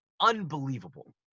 Unbelievable